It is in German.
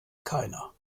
keiner